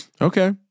Okay